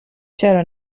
چرا